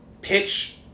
Pitch